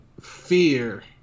fear